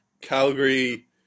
Calgary